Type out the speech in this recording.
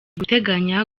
guteganya